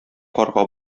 карга